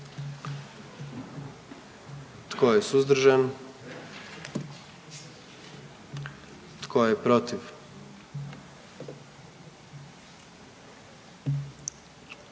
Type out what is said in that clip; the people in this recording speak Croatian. Tko je suzdržan? I tko je protiv?